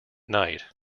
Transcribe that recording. night